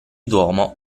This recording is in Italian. duomo